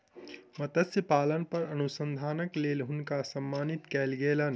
मत्स्य पालन पर अनुसंधानक लेल हुनका सम्मानित कयल गेलैन